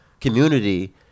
community